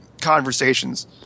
conversations